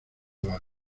algo